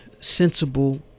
sensible